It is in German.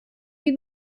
die